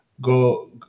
go